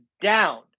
down